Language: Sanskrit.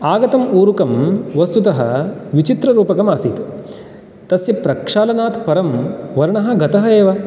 आगतम् ऊरुकं वस्तुतः विचित्ररूपकम् आसीत् तस्य प्रक्षालनात् परं वर्णः गतः एव